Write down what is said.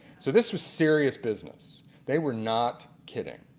so this was serious business they were not kidding.